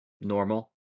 normal